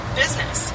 business